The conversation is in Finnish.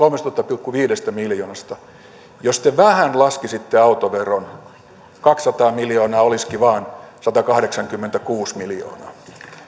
pilkku viidestä miljoonasta jos te vähän laskisitte autoveron keventämistä kaksisataa miljoonaa olisikin vain satakahdeksankymmentäkuusi miljoonaa